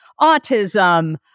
autism